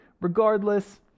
Regardless